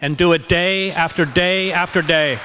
and do it day after day after day